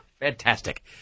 Fantastic